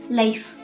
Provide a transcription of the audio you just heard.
life